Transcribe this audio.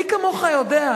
מי כמוך יודע,